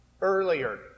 Earlier